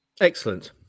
Excellent